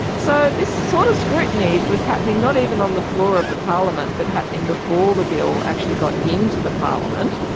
so this sort of scrutiny was happening not even on the floor of the parliament but happening before the bill actually got into the parliament,